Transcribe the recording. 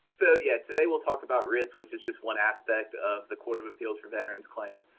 so yeah, today we'll talk about writs which is just one aspect of the court of appeals for veterans claim.